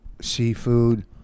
seafood